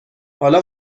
حالا